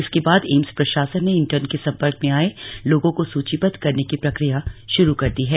इसके बाद एम्स प्रशासन ने इंटर्न के संपर्क में आए लोगों को सुचीबदध करने की प्रक्रिया शुरू कर दी गई है